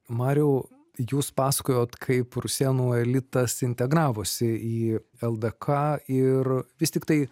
mariau jūs pasakojot kaip rusėnų elitas integravosi į ldk ir vis tiktai